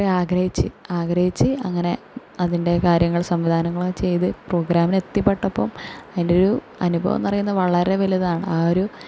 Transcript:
അത്രയും ആഗ്രഹിച്ച് ആഗ്രഹിച്ച് അങ്ങനെ അതിന്റെ കാര്യങ്ങൾ സംവിധാനങ്ങളെ ചെയ്ത് പ്രൊഗ്രാമിനെത്തിപ്പെട്ടപ്പം എന്റെ ഒരു അനുഭവം എന്ന് പറയുന്നത് വളരെ വലുതാണ് ഒരു